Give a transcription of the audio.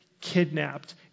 kidnapped